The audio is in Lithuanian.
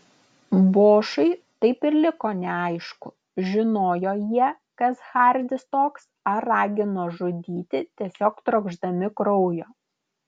bošui taip ir liko neaišku žinojo jie kas hardis toks ar ragino žudyti tiesiog trokšdami kraujo